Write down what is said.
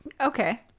Okay